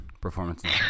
performances